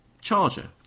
charger